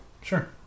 Sure